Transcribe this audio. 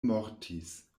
mortis